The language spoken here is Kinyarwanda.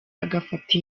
agafata